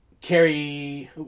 Carrie